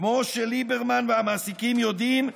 כמו שליברמן והמעסיקים יודעים,